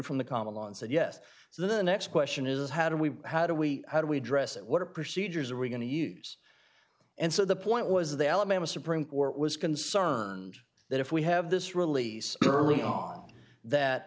from the common law and said yes so the next question is how do we how do we how do we address it what procedures are we going to use and so the point was the alabama supreme court was concerned that if we have this release early on that